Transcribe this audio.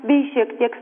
bei šiek tiek